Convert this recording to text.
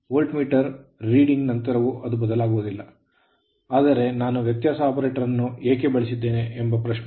volt meter reading ಓದಿದ ನಂತರವೂ ಅದು ಬದಲಾಗುವುದಿಲ್ಲ ಆದರೆ ನಾನು ವ್ಯತ್ಯಾಸ ಆಪರೇಟರ್ ಅನ್ನು ಏಕೆ ಬಳಸಿದ್ದೇನೆ ಎಂಬ ಪ್ರಶ್ನೆ